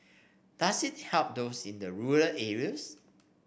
does it help those in the rural areas